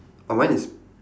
oh mine is